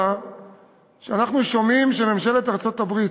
שאנחנו שומעים שממשלת ארצות-הברית,